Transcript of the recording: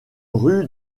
rue